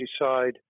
decide